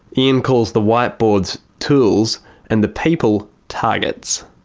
ian calls the whiteboards tools and the people targets.